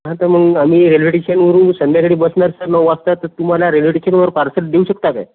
हां तर मग आम्ही रेल्वे टेशनवरून संध्याकाळी बसणार सर नऊ वाजता तर तुम्हाला रेल्वे टेशनवर पार्सल देऊ शकता का